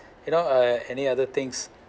you know uh any other things